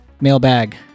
mailbag